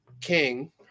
King